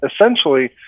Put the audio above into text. essentially